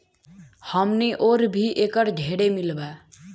हमनी ओर भी एकर ढेरे मील बा